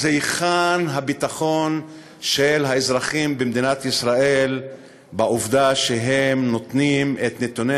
אז היכן הביטחון של האזרחים במדינת ישראל בעובדה שהם נותנים את נתוני